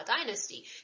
Dynasty